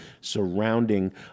surrounding